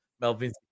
Melvin